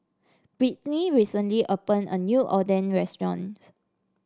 Britney recently opened a new Oden restaurants